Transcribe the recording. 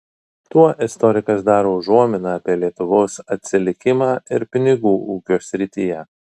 tuo istorikas daro užuominą apie lietuvos atsilikimą ir pinigų ūkio srityje